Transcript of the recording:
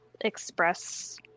express